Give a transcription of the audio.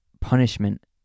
punishment